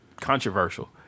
controversial